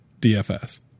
DFS